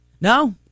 No